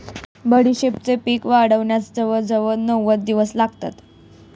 बडीशेपेचे पीक वाढण्यास जवळजवळ नव्वद दिवस लागतात